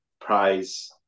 prize